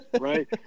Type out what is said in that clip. right